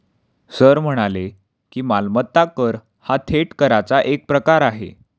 sir म्हणाले की, मालमत्ता कर हा थेट कराचा एक प्रकार आहे